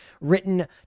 written